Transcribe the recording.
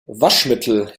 waschmittel